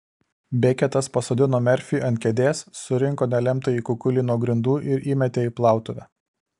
beketas pasodino merfį ant kėdės surinko nelemtąjį kukulį nuo grindų ir įmetė į plautuvę